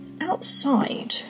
outside